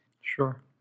Sure